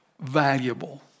valuable